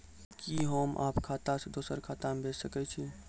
कि होम आप खाता सं दूसर खाता मे भेज सकै छी?